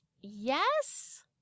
Yes